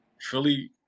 Philly